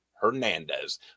Hernandez